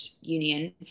union